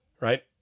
right